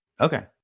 Okay